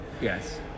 yes